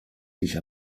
dich